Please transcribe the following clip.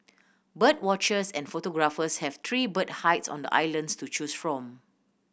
bird watchers and photographers have three bird hides on the islands to choose from